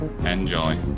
Enjoy